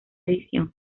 edición